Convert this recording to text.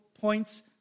points